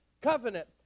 covenant